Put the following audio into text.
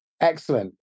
Excellent